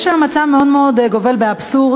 יש היום מצב שגובל באבסורד.